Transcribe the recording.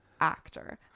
actor